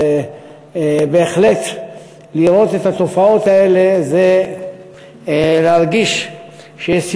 ובהחלט לראות את התופעות האלה זה להרגיש שיש